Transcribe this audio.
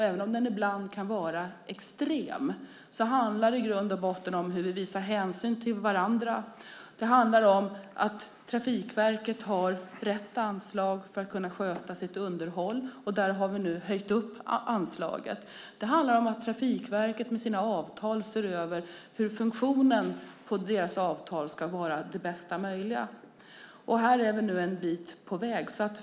Även om den ibland kan vara extrem handlar det i grund och botten om hur vi visar hänsyn till varandra. Det handlar om att Trafikverket har ett brett anslag för att kunna sköta sitt underhåll. Vi har nu höjt anslaget. Det handlar om att Trafikverket med sina avtal ser över att funktionen på avtalen är den bästa möjliga. Här är vi nu en bit på väg.